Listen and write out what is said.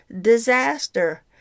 disaster